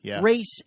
race